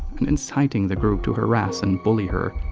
and inciting the group to harass and bully her.